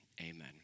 Amen